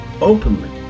openly